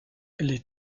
les